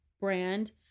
brand